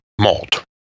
malt